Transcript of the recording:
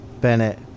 Bennett